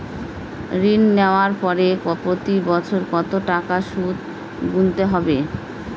ঋণ নেওয়ার পরে প্রতি বছর কত টাকা সুদ গুনতে হবে?